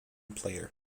player